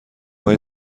های